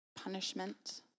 punishment